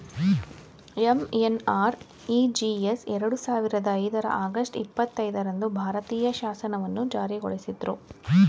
MNREGS ಎರಡು ಸಾವಿರದ ಐದರ ಆಗಸ್ಟ್ ಇಪ್ಪತ್ತೈದು ರಂದು ಭಾರತೀಯ ಶಾಸನವನ್ನು ಜಾರಿಗೊಳಿಸಿದ್ರು